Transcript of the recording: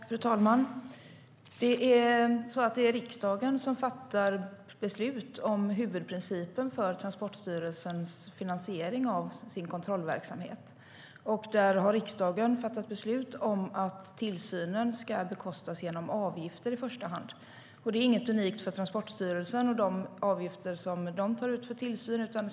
Fru talman! Det är riksdagen som fattar beslut om huvudprincipen för finansieringen av Transportstyrelsens kontrollverksamhet. Där har riksdagen fattat beslut om att tillsynen ska bekostas genom i första hand avgifter. Det är inget unikt för Transportstyrelsen och de avgifter som de tar ut för tillsyn.